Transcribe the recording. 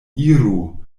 iru